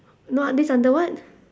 no uh this under what